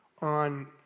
on